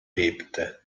bebte